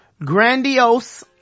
grandiose